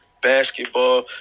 basketball